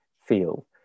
feel